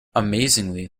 amazingly